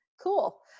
Cool